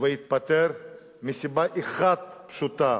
והתפטר מסיבה אחת פשוטה: